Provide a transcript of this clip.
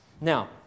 Now